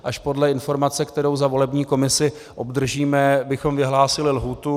Až podle informace, kterou za volební komisi obdržíme, bychom vyhlásili lhůtu.